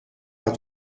pas